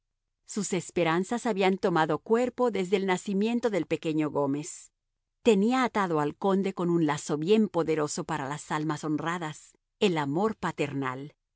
sus esperanzas habían tomado cuerpo desde el nacimiento del pequeño gómez tenía atado al conde con un lazo bien poderoso para las almas honradas el amor paternal